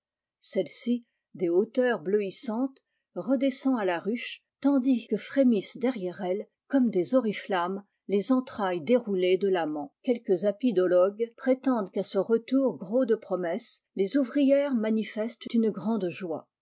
celle-ci des hauteurs bleuissantes redescend à la ruche tandis que frémissent derrière elle comme des oriflammes les entrailles déroulées de l'amant quelques apidologues prétendent qu'à ce retour gros de promesses les ouvrières manifeslentune grande joie